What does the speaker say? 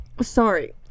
sorry